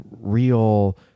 real